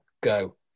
go